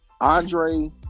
Andre